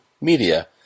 media